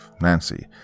Nancy